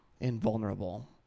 invulnerable